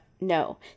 No